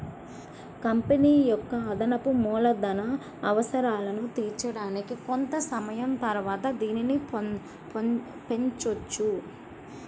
company యొక్క అదనపు మూలధన అవసరాలను తీర్చడానికి కొంత సమయం తరువాత దీనిని పెంచొచ్చు